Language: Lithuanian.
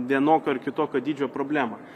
vienokio ar kitokio dydžio problemą